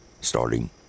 starting